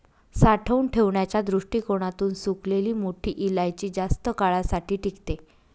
साठवून ठेवण्याच्या दृष्टीकोणातून सुकलेली मोठी इलायची जास्त काळासाठी टिकते